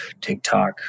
TikTok